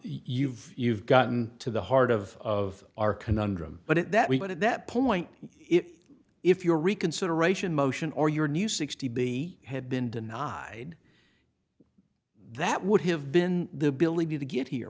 you've you've gotten to the heart of of our conundrum but it that we got at that point if if your reconsideration motion or your new sixty b had been denied that would have been the ability to get here